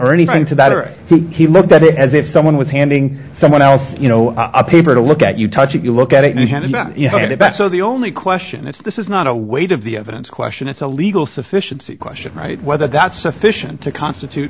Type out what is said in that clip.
or anything to that or he looked at it as if someone was handing someone else you know a paper to look at you touch it you look at it and handed it back so the only question it's this is not a weight of the evidence question it's a legal sufficiency i should write whether that's sufficient to constitute